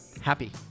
Happy